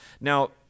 Now